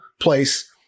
place